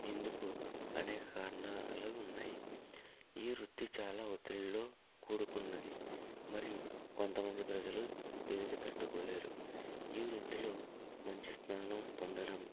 ఇందుకు అనేక కారణా లు ఉన్నాయి ఈ వృత్తి చాలా ఒత్తిళ్ళలో కూడుకున్నది మరియు కొంతమంది ప్రజలు దీనికి తట్టుకోలేరు ఈ వృత్తిలో మంచి స్థానం పొందడం